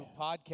Podcast